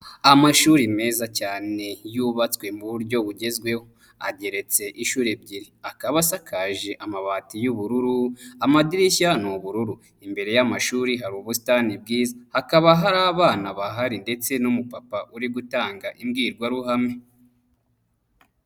Amashuri meza cyane yubatswe mu buryo bugezweho. Ageretse inshuro ebyiri. Akaba asakaje amabati y'ubururu, amadirishya n'ubururu. Imbere y'amashuri hari ubusitani bwiza hakaba hari abana bahari ndetse n'umupapa uri gutanga imbwirwaruhame.